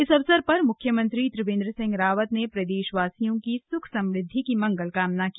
इस अवसर पर मुख्यमंत्री त्रिवेंद्र सिंह रावत ने प्रदेश वासियों की सूख समृद्धि की मंगल कामना की